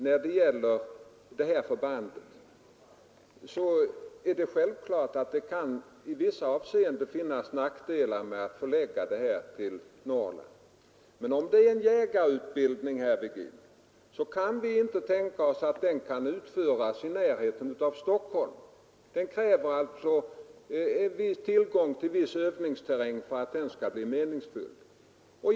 När det gäller det här förbandet är det självklart att det i vissa avseenden kan finnas nackdelar med att förlägga det till Norrland. Men om det är fråga om en jägareutbildning, herr Virgin, så kan vi inte tänka oss att den förläggs i närheten av Stockholm. Det krävs tillgång till övningsterräng för att utbildningen skall bli meningsfull.